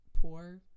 poor